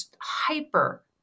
hyper